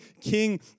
king